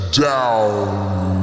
Down